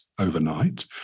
overnight